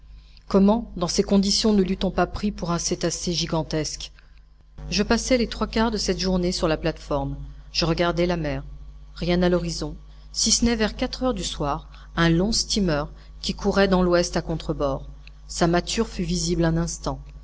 comment dans ces conditions ne leût on pas pris pour un cétacé gigantesque je passai les trois quarts de cette journée sur la plate-forme je regardais la mer rien à l'horizon si ce n'est vers quatre heures du soir un long steamer qui courait dans l'ouest à contrebord sa mâture fut visible un instant